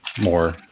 more